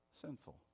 sinful